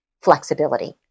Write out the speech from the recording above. flexibility